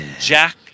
Jack